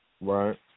Right